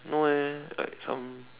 no eh like some